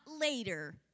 later